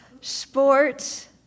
sports